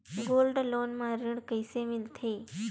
Gold loan म ऋण कइसे मिलथे?